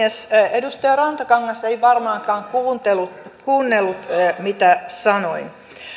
edustaja rantakangas ei varmaankaan kuunnellut mitä sanoin